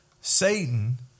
Satan